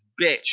bitch